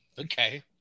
Okay